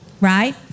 right